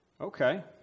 Okay